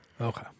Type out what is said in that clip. Okay